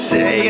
Say